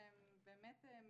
שהם באמת מטורפים,